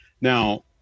Now